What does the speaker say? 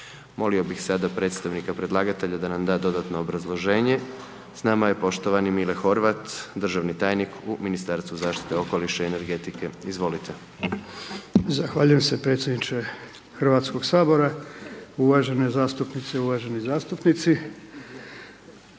Molio bih sada predstavnika predlagatelja da nam da dodatno obrazloženje. S nama je poštovani Mile Horvat, državni tajnik u Ministarstvu zaštite okoliša i energetike, izvolite. **Horvat, Mile (SDSS)** Zahvaljujem se predsjedniče HS-a, uvažene zastupnice i uvaženi zastupnici.